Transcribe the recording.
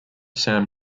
sam